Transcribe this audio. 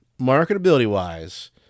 marketability-wise